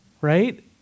right